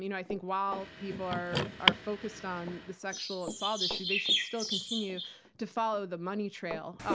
you know i think while people are are focused on the sexual assault issue, they should still continue to follow the money trail,